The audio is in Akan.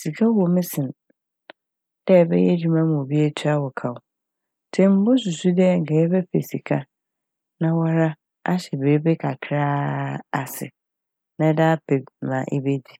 sika wɔ mu sen dɛ ɛbɛyɛ edwuma ma obi botua wo kaw. Ntsi emi mosusu dɛ nkɛ yɛbɛpɛ sika na wara ahyɛ biibi kakra a ase na ɛde apɛ ma ɛbɛdi.